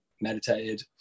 meditated